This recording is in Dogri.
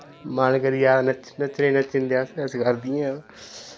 मन करी जा नच्चने नच्चने नच्ची जंदे अस ऐसी गल्ल नेईं ऐ